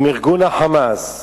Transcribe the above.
עם ארגון ה"חמאס"?